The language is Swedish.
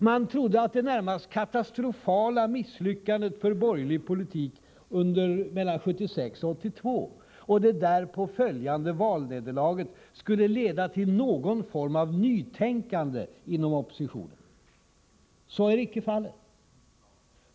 Man trodde att det närmast katastrofala misslyckandet för borgerlig politik mellan 1976 och 1982 och det därpå följande valnederlaget skulle leda till någon form av nytänkande inom oppositionen. Så är icke fallet.